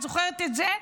את זוכרת את זה,